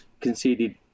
conceded